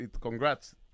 congrats